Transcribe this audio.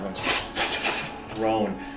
thrown